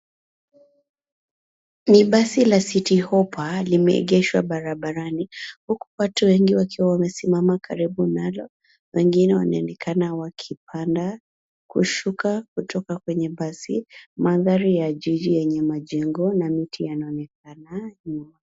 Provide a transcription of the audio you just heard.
Ni basi la citi hoppa limeegeshwa barabarani huku watu wengi wakiwa wamesimama karibu nalo. Wengine wanaonekana wakipanda, kushuka, kutoka kwenye basi hili. Mandhari ya jiji yenye majengo na miti yanaonekana nyuma.